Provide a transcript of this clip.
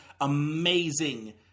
amazing